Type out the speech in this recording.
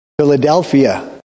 Philadelphia